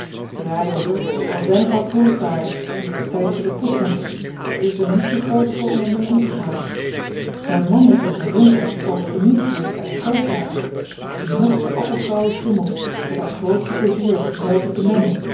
ja jonker al zijn het maar boerenpaarden die op der tijd voor den ploeg moeten zij is er niet te grootsch voor om er mee om te gaan mijn man is in zijn jonkheid palfrenier geweest bij der grootvader ik zie nog de appelgrauwe schimmels dat haar grootste pleizier was die zelve te mennen